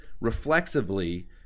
reflexively